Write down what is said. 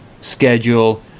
schedule